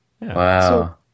Wow